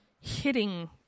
hitting